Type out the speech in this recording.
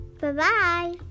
Bye-bye